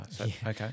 Okay